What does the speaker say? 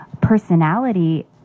personality